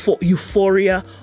euphoria